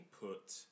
put